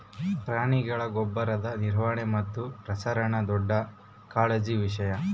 ಪ್ರಾಣಿಗಳ ಗೊಬ್ಬರದ ನಿರ್ವಹಣೆ ಮತ್ತು ಪ್ರಸರಣ ದೊಡ್ಡ ಕಾಳಜಿಯ ವಿಷಯ